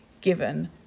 given